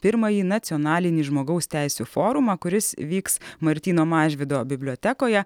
pirmąjį nacionalinį žmogaus teisių forumą kuris vyks martyno mažvydo bibliotekoje